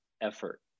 effort